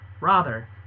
Rather